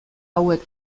hauek